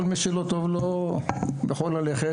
כל מי שלא טוב לו, יכול ללכת.